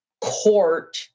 court